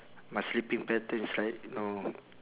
my sleeping pattern is like know